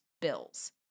Bills